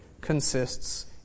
consists